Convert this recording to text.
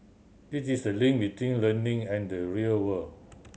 it's this link between learning and the real world